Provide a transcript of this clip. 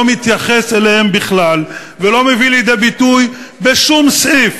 לא מתייחס אליהם בכלל ולא מביא לידי ביטוי בשום סעיף